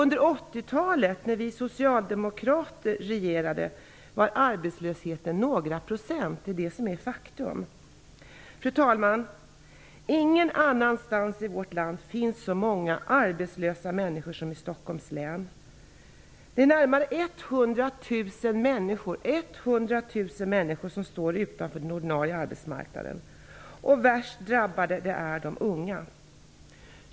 Under 80-talet, då Socialdemokraterna regerade, hade vi en arbetslöshet på några procent. Detta är ett faktum. Fru talman! Ingen annanstans i vårt land finns det så många arbetslösa människor som det finns i Stockholms län. Närmare 100 000 människor står utanför den ordinarie arbetsmarknaden. Värst drabbade är de unga.